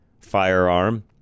firearm